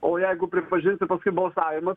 o jeigu pripažins ir paskui balsavimas